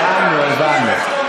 הבנו אותך, הבנו, הבנו.